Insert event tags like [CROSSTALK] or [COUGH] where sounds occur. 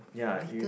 ya [NOISE]